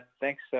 Thanks